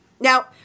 Now